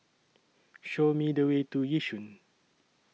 Show Me The Way to Yishun